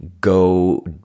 Go